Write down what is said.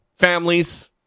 families